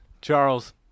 charles